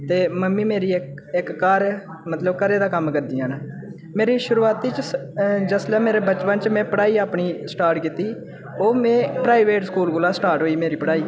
ते मम्मी मेरी इक घर मतलब घरै दा कम्म करदियां न मेरी शुरूआती च जिसलै मेरे बचपन च में पढ़ाई अपनी स्टार्ट कीती ओह् में प्राइवेट स्कूल कोला स्टार्ट होई मेरी पढ़ाई